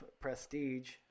prestige